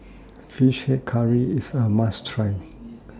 Fish Head Curry IS A must Try